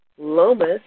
Lomas